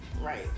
right